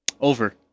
Over